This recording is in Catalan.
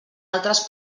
altres